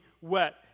wet